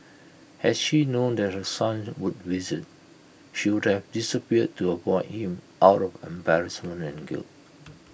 had she known that her son would visit she would have disappeared to avoid him out of embarrassment and guilt